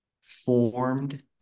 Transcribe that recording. formed